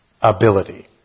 ability